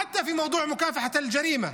אפילו בעניין המאבק בפשיעה,